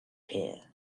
hare